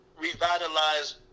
revitalize